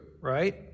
right